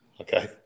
okay